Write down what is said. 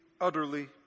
utterly